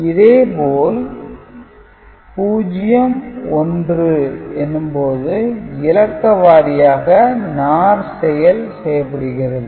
இதே போல் 0 1 எனும் போது இலக்கவாரியாக NOR செயல் செய்யப்படுகிறது